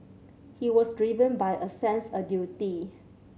he was driven by a sense a duty